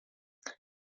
toni